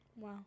wow